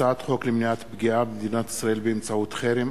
הצעת חוק למניעת פגיעה במדינת ישראל באמצעות חרם,